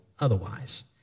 otherwise